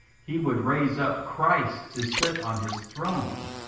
he would raise up christ to sit on his throne